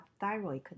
thyroid